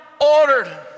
ordered